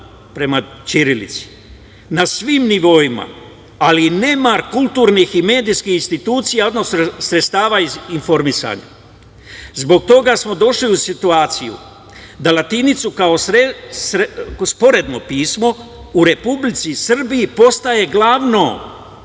prema ćirilici na svim nivoima, ali i nemar kulturnih i medijskih institucija, odnos sredstava informisanja. Zbog toga smo došli u situaciju da latinica kao sporedno pismo u Republici Srbiji postaje glavno,